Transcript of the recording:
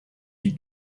die